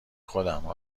خودم